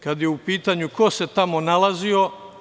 Kad je u pitanju ko se tamo nalazio?